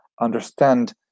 understand